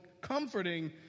comforting